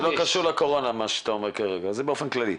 זה לא קשור לקורונה מה שאתה אומר, זה באופן כללי.